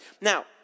Now